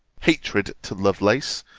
hatred to lovelace,